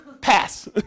Pass